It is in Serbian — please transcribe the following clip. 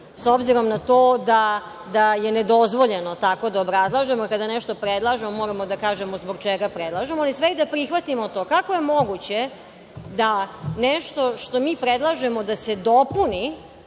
s obzirom na to da je nedozvoljeno tako da obrazlažemo, kada nešto predlažemo moramo da kažemo zbog čega predlažemo. Ali sve i da prihvatimo to, kako je moguće da nešto što mi predlažemo da se dopuni